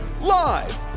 Live